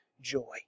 joy